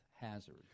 hazard